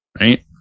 right